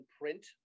print